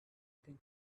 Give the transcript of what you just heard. think